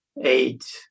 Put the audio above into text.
eight